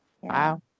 Wow